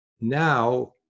now